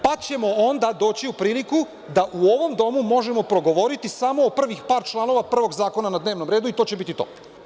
Pa ćemo onda doći u priliku da u ovom domu možemo progovoriti samo o prvih par članova prvog zakona na dnevnom redu i to će biti to.